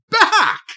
back